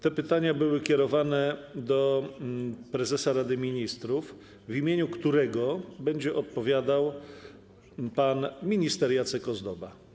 Te pytania były kierowane do prezesa Rady Ministrów, w imieniu którego będzie odpowiadał pan minister Jacek Ozdoba.